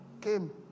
came